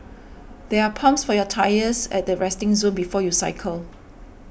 there are pumps for your tyres at the resting zone before you cycle